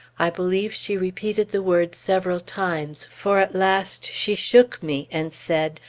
i believe she repeated the words several times, for at last she shook me and said,